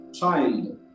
child